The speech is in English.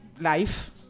life